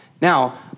Now